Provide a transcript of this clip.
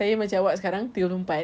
saya macam awak sekarang tiga puluh empat